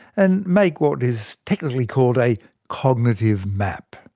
and make what is technically called a cognitive map.